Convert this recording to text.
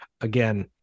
again